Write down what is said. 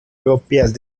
propias